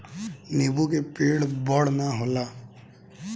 नीबू के पेड़ बड़ ना होला